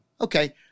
Okay